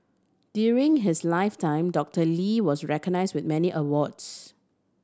during his lifetime Doctor Lee was recognise with many awards